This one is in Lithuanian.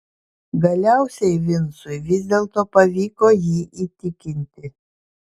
galiausiai vincui vis dėlto pavyko jį įtikinti